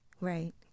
Right